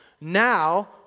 Now